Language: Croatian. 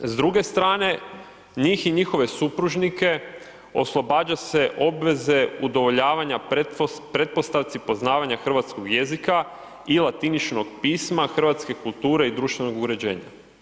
S druge strane, njih i njihove supružnike oslobađa se obveze udovoljavanja pretpostavci poznavanja hrvatskog jezika i latiničnog pisma, hrvatske kulture i društvenog uređenja.